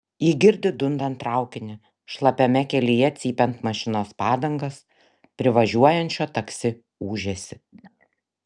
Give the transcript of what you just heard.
ji girdi dundant traukinį šlapiame kelyje cypiant mašinos padangas privažiuojančio taksi ūžesį